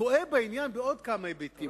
טועה בעניין בעוד כמה היבטים.